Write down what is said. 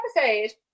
episode